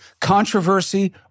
Controversy